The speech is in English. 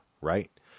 right